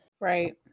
Right